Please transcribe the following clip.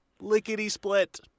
lickety-split